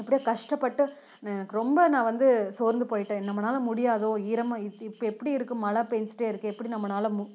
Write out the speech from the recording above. எப்படியோ கஷ்டப்பட்டு எனக்கு ரொம்ப நான் வந்து சோர்ந்து போயிட்டேன் நம்மளால் முடியாதோ ஈரமாக இது இப்போ எப்படி இருக்குது மழை பெஞ்சுட்டே இருக்கு எப்படி நம்மளால்